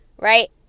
Right